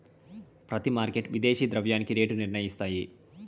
ప్రతి మార్కెట్ విదేశీ ద్రవ్యానికి రేటు నిర్ణయిస్తాయి